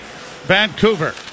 Vancouver